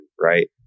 right